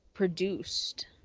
produced